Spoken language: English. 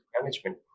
management